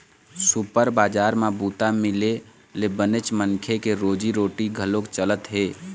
super बजार म बूता मिले ले बनेच मनखे के रोजी रोटी घलोक चलत हे